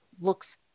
looks